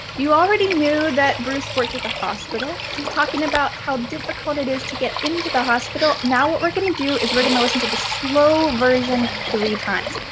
you already knew that bruce worked at the hospital. he's talking about how difficult it is to get into the hospital. now what we're gonna do is we're gonna listen to the slow version three times.